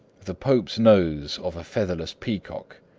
the pope's-nose of a featherless peacock.